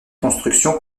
construction